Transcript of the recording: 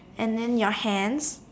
and then your hands